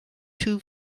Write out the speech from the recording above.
two